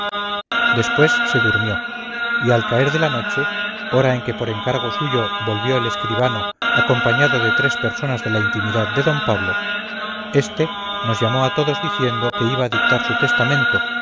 después se durmió y al caer de la noche hora en que por encargo suyo volvió el escribano acompañado de tres personas de la intimidad de d pablo este nos llamó a todos diciendo que iba a dictar su testamento